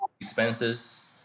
expenses